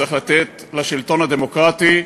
צריך לתת לשלטון הדמוקרטי,